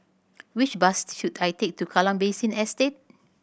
which bus should I take to Kallang Basin Estate